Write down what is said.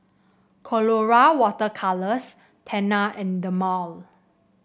Colora Water Colours Tena and Dermale